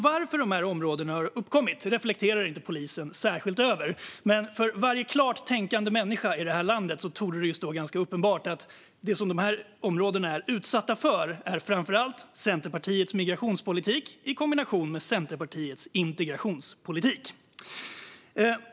Varför dessa områden har uppkommit reflekterar polisen inte särskilt över, men för varje klart tänkande människa i detta land torde det vara ganska uppenbart att det som dessa områden framför allt är utsatta för är Centerpartiets migrationspolitik i kombination med Centerpartiets integrationspolitik.